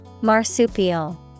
Marsupial